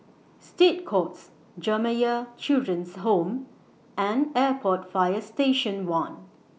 State Courts Jamiyah Children's Home and Airport Fire Station one